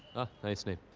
nice name.